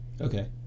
Okay